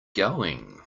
going